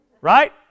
Right